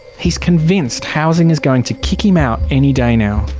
he's convinced housing is going to kick him out any day now.